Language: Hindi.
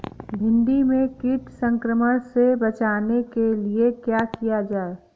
भिंडी में कीट संक्रमण से बचाने के लिए क्या किया जाए?